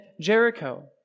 Jericho